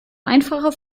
einfache